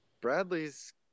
Bradley's